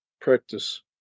practice